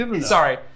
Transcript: Sorry